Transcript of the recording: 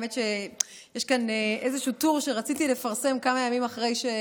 האמת היא שיש כאן איזשהו טור שרציתי לפרסם כמה ימים אחרי,